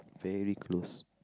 very close